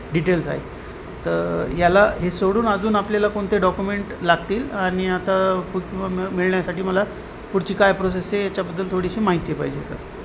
details आहेत तर याला हे सोडून अजून आपल्याला कोणते डॉक्युमेंट लागतील आणि आता मिळण्यासाठी मला पुढची काय प्रोसेस आहे याच्याबद्दल थोडीशी माहिती पाहिजे स